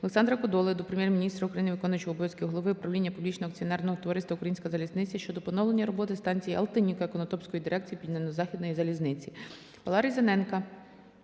Олександра Кодоли до Прем'єр-міністра України, виконуючого обов'язки Голови правління Публічного акціонерного товариства "Українська залізниця" щодо поновлення роботи станції Алтинівка Конотопської дирекції Південно-Західної залізниці.